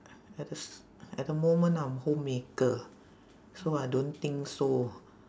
at the s~ at the moment I'm homemaker so I don't think so